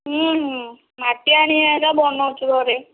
ମାଟି ଆଣିକି ବନାଉଛୁ ଘରେ